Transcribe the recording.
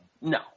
No